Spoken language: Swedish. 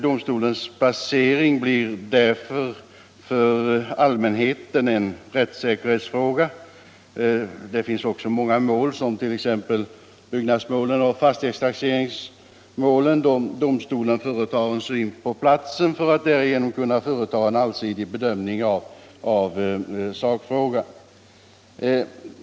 Domstolens placering blir därför för allmänheten en rättssäkerhetsfråga. Det finns också mål, t.ex. byggnadsmålen och fastighetstaxeringsmålen, där domstolen företar syn på platsen för att därigenom kunna göra en allsidig bedömning av sakfrågan.